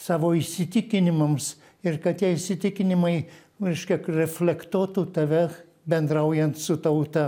savo įsitikinimams ir kad tie įsitikinimai reiškia reflektuotų tave bendraujant su tauta